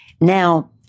Now